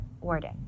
Warden